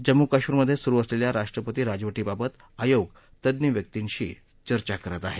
जम्मू कश्मीरमधे सुरु असलेल्या राष्ट्रपती राजवटीबाबत आयोग तज्ञ व्यक्तींशी चर्चा करत आहे